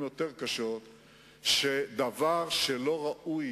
מותר לה לצפות שבסוג כזה של דיון,